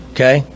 Okay